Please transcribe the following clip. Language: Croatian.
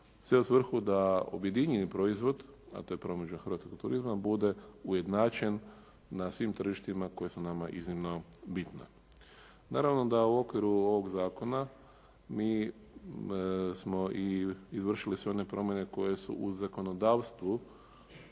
sve u svrhu da objedinjuje proizvod a to je promidžba hrvatskog turizma bude ujednačen na svim tržištima koja su nama iznimno bitna. Naravno da u okviru ovoga zakona mi smo i izvršili sve one promjene koje su u zakonodavstvu